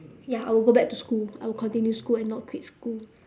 ya I would go back to school I would continue school and not quit school